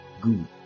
good